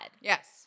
Yes